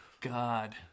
God